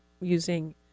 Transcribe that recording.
using